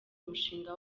mushinga